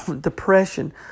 depression